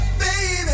baby